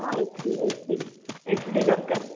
ହଁ H D H D H D ଦରକାର